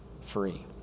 free